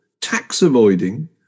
tax-avoiding